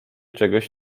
czegoś